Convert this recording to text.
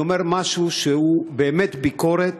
אני אומר משהו שהוא באמת ביקורת,